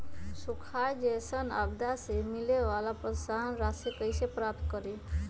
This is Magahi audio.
सुखार जैसन आपदा से मिले वाला प्रोत्साहन राशि कईसे प्राप्त करी?